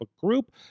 group